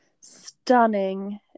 stunning